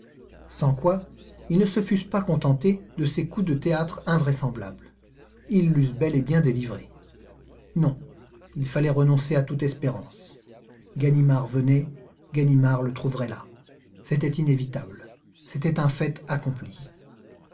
sans quoi ils ne se fussent pas contentés de ces coups de théâtre invraisemblables ils l'eussent bel et bien délivré non il fallait renoncer à toute espérance ganimard venait ganimard le trouverait là c'était inévitable c'était un fait accompli